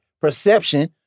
perception